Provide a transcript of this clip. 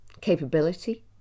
capability